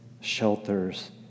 shelters